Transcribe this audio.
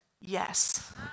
yes